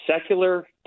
secular